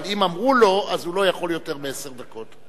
אבל אם אמרו לו, אז הוא לא יכול יותר מעשר דקות.